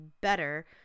better